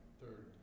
third